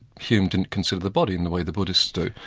hume didn't consider the body in the way the buddhists do.